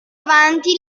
avanti